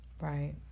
right